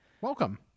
Welcome